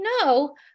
no